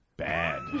Bad